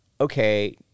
okay